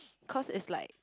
cause is like